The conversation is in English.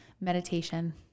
meditation